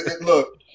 look